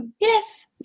Yes